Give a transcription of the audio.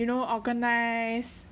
you know organize